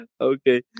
Okay